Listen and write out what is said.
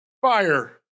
fire